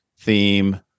theme